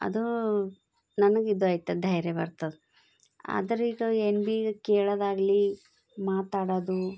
ಅದು ನನ್ಗೆ ಇದಾಯ್ತು ಧೈರ್ಯ ಬರ್ತದೆ ಆದ್ರೆ ಈಗ ಏನು ಭೀ ಕೇಳೋದಾಗ್ಲಿ ಮಾತಾಡೋದು